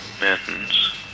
mountains